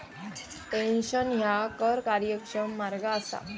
pension ह्या कर कार्यक्षम मार्ग असा